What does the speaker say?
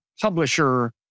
publisher